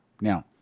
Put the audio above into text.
Now